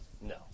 No